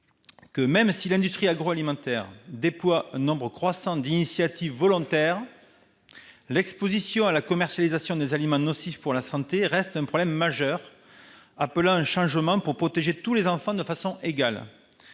:« Même si l'industrie déploie un nombre croissant d'initiatives volontaires, l'exposition à la commercialisation des aliments nocifs pour la santé reste un problème majeur appelant un changement pour protéger tous les enfants de façon égale.